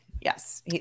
Yes